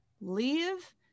leave